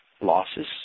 losses